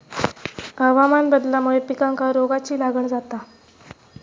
हवामान बदलल्यामुळे पिकांका रोगाची लागण जाता